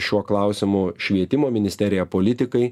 šiuo klausimu švietimo ministerija politikai